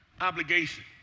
obligation